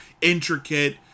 Intricate